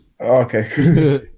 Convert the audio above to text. Okay